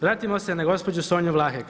Vratimo se na gospođu Sonju Vlahek.